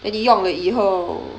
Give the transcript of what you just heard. and 你用了以后